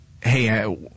hey